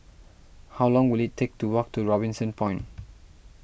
how long will it take to walk to Robinson Point